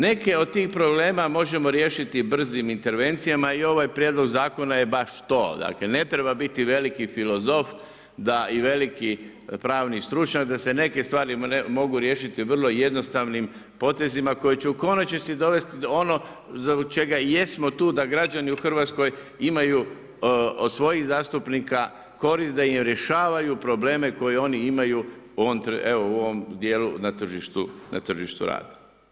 Neke od tih problema možemo riješiti brzim intervencijama i ovaj prijedlog zakona je baš to, dakle ne treba biti veliki filozof i veliki pravni stručnjak da se neke stvari mogu riješiti vrlo jednostavnim potezima koji će u konačnici dovesti do ono zbog čega i jesmo tu da građani u Hrvatskoj imaju od svojih zastupnika korist, da im rješavaju probleme koje oni imaju evo u ovom dijelu na tržištu rada.